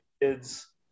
kids